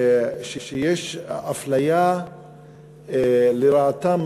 שיש אפליה לרעתם,